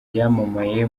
yamamaye